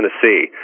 Tennessee